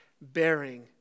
bearing